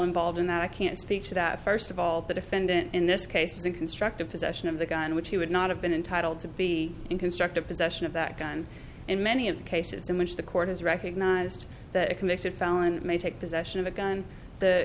involved in that i can't speak to that first of all the defendant in this case has been constructive possession of the gun which he would not have been entitled to be in constructive possession of that gun in many of the cases in which the court has recognized that a convicted felon may take possession of a gun the